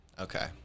okay